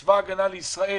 בצבא ההגנה לישראל,